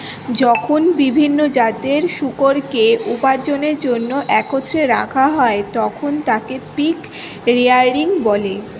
যখন বিভিন্ন জাতের শূকরকে উপার্জনের জন্য একত্রে রাখা হয়, তখন তাকে পিগ রেয়ারিং বলে